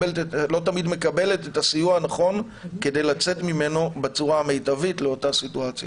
תמיד מקבלת את הסיוע הנכון כדי לצאת ממנו בצורה המיטבית לאותה סיטואציה.